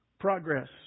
Progress